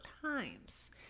times